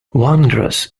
wondrous